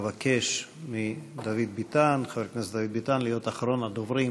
אבקש מחבר הכנסת דוד ביטן להיות אחרון הדוברים